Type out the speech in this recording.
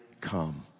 come